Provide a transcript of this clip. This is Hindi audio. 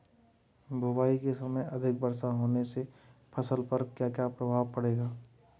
बुआई के समय अधिक वर्षा होने से फसल पर क्या क्या प्रभाव पड़ेगा?